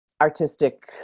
artistic